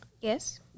yes